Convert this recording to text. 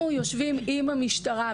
אנחנו יושבים עם המשטרה.